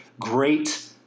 great